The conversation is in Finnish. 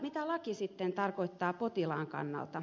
mitä laki sitten tarkoittaa potilaan kannalta